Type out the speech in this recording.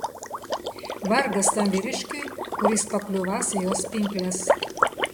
vargas tam vyriškiui kuris pakliūvąs į jos pinkles